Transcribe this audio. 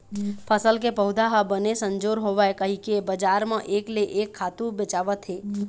फसल के पउधा ह बने संजोर होवय कहिके बजार म एक ले एक खातू बेचावत हे